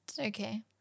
Okay